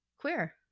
queer